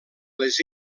les